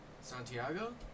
Santiago